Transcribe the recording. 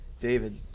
David